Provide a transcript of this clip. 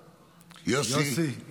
יוסי,